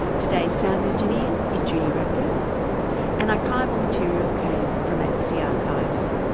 today's sound engineer is judy rapley and archival material came from abc archives.